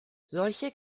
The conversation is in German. solche